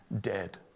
Dead